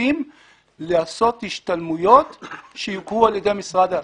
נוספים לעשות השתלמויות שיוכרו על ידי המשרד.